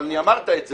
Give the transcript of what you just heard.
אבל אמרתי את זה,